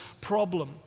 problem